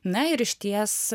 na ir išties